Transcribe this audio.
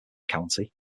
county